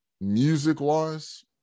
music-wise